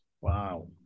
Wow